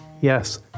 Yes